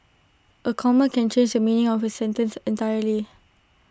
A comma can change the meaning of A sentence entirely